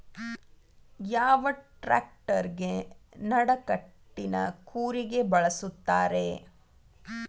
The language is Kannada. ಯಾವ ಟ್ರ್ಯಾಕ್ಟರಗೆ ನಡಕಟ್ಟಿನ ಕೂರಿಗೆ ಬಳಸುತ್ತಾರೆ?